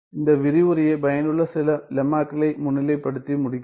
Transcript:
இந்த விரிவுரையை பயனுள்ள சில லெம்மாக்களை முன்னிலைப்படுத்தி முடிக்கிறேன்